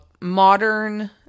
modern